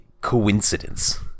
Coincidence